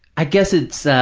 i guess it's